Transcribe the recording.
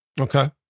Okay